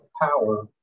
power